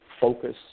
focus